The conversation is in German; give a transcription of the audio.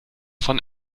von